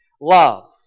love